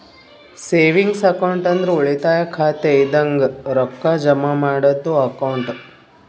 savings account ಅಂದ್ರ ಉಳಿತಾಯ ಖಾತೆ ಇದಂಗ ರೊಕ್ಕಾ ಜಮಾ ಮಾಡದ್ದು ಅಕೌಂಟ್